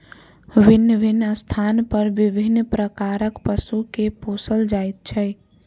भिन्न भिन्न स्थान पर विभिन्न प्रकारक पशु के पोसल जाइत छै